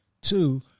two